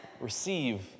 Receive